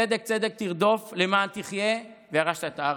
"צדק צדק תרדוף למען תחיה וירשת את הארץ"